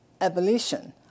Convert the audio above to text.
Abolition